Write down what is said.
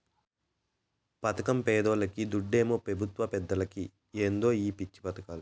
పదకం పేదోల్లకి, దుడ్డేమో పెబుత్వ పెద్దలకి ఏందో ఈ పిచ్చి పదకాలు